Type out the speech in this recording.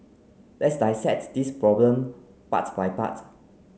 let's dissect this problem part by part